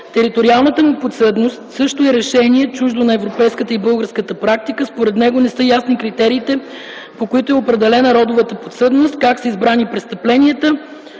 Териториалната му подсъдност също е решение чуждо на европейската и българската практика. Според него не са ясни критериите, по които е определена родовата подсъдност – как са избрани престъпленията,